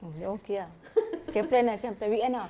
mm ye~ okay ah can plan ah come plan weekend ah